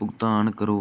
ਭੁਗਤਾਨ ਕਰੋ